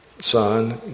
son